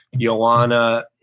Joanna